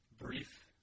brief